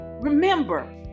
remember